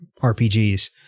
RPGs